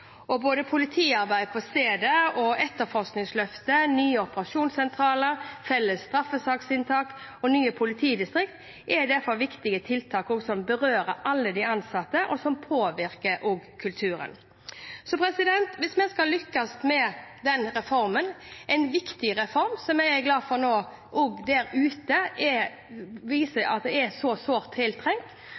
Både politiarbeid på stedet, etterforskningsløftet, nye operasjonssentraler, felles straffesaksinntak og nye politidistrikt er derfor viktige tiltak som berører alle de ansatte, og som også påvirker kulturen. Hvis man skal lykkes med denne reformen, en viktig reform som jeg er glad det også vises at er sårt tiltrengt der ute, er vi også nødt til å jobbe med ledelse og kultur ute i det